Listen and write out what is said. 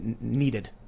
needed